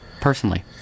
personally